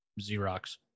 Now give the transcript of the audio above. Xerox